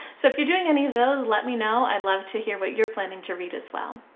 so if you're doing any of those, let me know. i'd love to hear what you're planning to read as well.